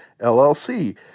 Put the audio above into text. LLC